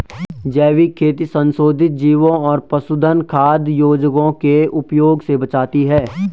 जैविक खेती संशोधित जीवों और पशुधन खाद्य योजकों के उपयोग से बचाती है